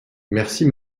merci